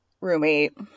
roommate